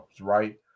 right